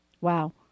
Wow